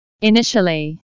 initially